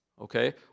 Okay